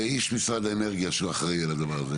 איש משרד האנרגיה שאחראי על העניין הזה.